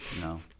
No